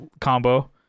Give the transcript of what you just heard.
combo